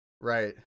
Right